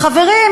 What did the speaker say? חברים,